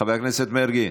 חבר הכנסת מרגי.